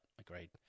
agreed